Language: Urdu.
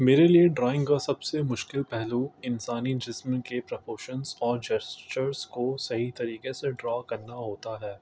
میرے لیے ڈرائنگ کا سب سے مشکل پہلو انسانی جسم کے پرپوشنس اور جیسچرس کو صحیح طریقے سے ڈرا کرنا ہوتا ہے